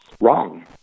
wrong